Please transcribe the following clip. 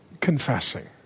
confessing